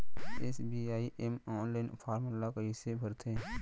SBI म online form ल कइसे भरथे?